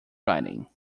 writing